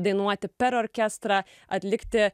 dainuoti per orkestrą atlikti